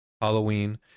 Halloween